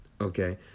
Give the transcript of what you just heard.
okay